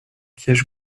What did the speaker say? piège